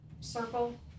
circle